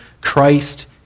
Christ